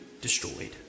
destroyed